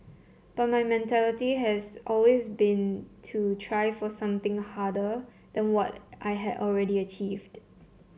but my mentality has always been to try for something harder than what I had already achieved